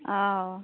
और